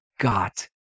got